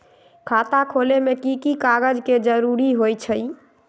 खाता खोले में कि की कागज के जरूरी होई छइ?